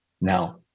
now